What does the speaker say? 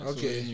Okay